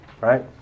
Right